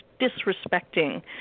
disrespecting